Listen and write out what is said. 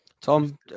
Tom